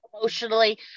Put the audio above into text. Emotionally